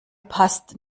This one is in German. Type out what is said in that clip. passt